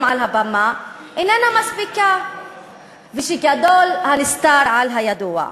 על הבמה איננה מספיקה וגדול הנסתר על הידוע.